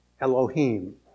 Elohim